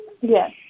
Yes